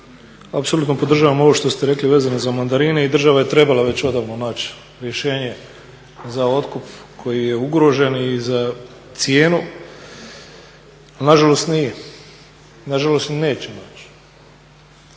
apsolutno podržavam ovo što ste rekli vezano za mandarine i država je trebala već odavno naći rješenje za otkup koji je ugrožen i za cijenu, ali nažalost nije, nažalost ni neće naći.